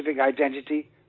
identity